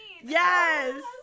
Yes